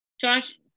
Josh